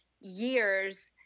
years